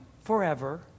forever